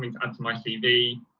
and um to my cv.